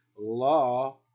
law